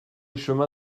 chemin